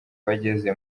bageze